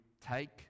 take